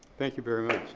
thank you very much.